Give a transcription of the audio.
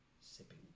sipping